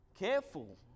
careful